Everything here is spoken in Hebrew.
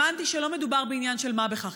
הבנתי שלא מדובר בעניין של מה בכך,